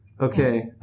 Okay